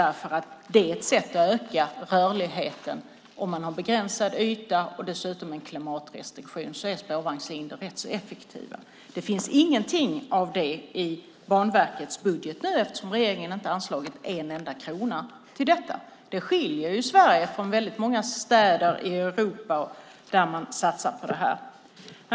Det är ett sätt att öka rörligheten om man har en begränsad yta och dessutom en klimatrestriktion. Då är spårvagnslinjer rätt så effektiva. Det finns ingenting sådant i Banverkets budget eftersom regeringen inte anslagit en enda krona till det. Det skiljer Stockholm från många andra städer i Europa där man satsar på det.